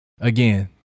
Again